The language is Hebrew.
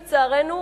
לצערנו,